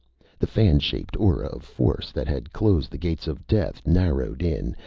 the fan-shaped aura of force that had closed the gates of death narrowed in,